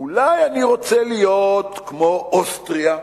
אולי אני רוצה להיות כמו אוסטריה,